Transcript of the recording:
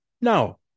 no